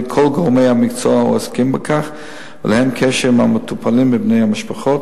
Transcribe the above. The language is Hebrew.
כל גורמי המקצוע העוסקים בכך ולהם קשר עם המטופלים ובני המשפחות,